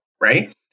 right